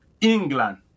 England